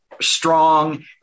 strong